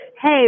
Hey